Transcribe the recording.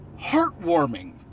heartwarming